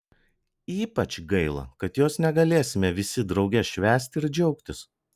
ypač gaila kad jos negalėsime visi drauge švęsti ir džiaugtis